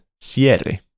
cierre